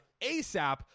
ASAP